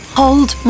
hold